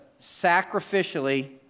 sacrificially